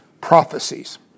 prophecies